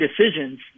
decisions